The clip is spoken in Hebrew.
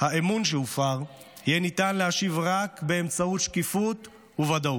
האמון שהופר יהיה ניתן להשיב רק באמצעות שקיפות וודאות.